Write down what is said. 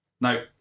No